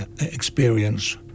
experience